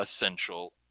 essential